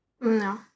No